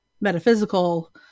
metaphysical